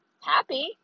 happy